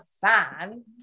fan